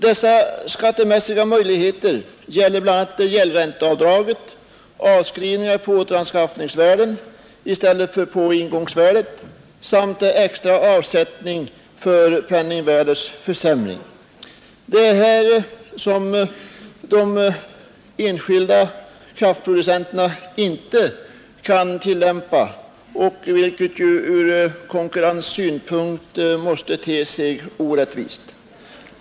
Dessa skattemässiga möjligheter gäller bl.a. gäldränteavdraget, avskrivningar på återanskaffningsvärdet i stället för på ingångsvärdet samt extra avsättning för penningvärdets försämring. De enskilda kraftproducenterna kan inte tillämpa dessa regler, vilket ur konkurrenssynpunkt måste te sig orättvist.